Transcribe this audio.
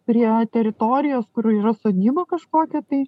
prie teritorijos kur yra sodyba kažkokia tai